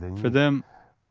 for them,